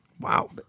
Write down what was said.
Wow